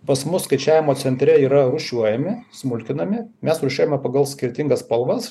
pas mus skaičiavimo centre yra rūšiuojami smulkinami mes rūšiuojame pagal skirtingas spalvas